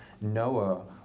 Noah